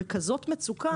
בכזאת מצוקה,